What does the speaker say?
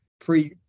free